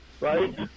right